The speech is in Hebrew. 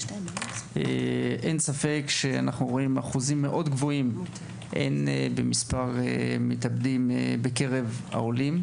אין ספק שאנחנו רואים אחוזים מאוד גבוהים במספר המתאבדים בקרב העולים,